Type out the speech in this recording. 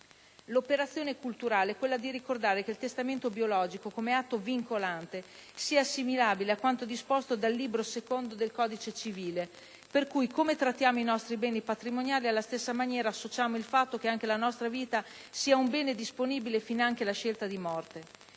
L'operazione culturale è quella di ricordare che il testamento biologico, come atto vincolante, sia assimilabile a quanto disposto dal libro secondo del codice civile, per cui come trattiamo i nostri beni patrimoniali, alla stessa maniera associamo il fatto che anche la nostra vita sia un bene disponibile, finanche la scelta di morte.